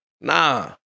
Nah